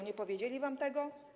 Nie powiedzieli wam tego?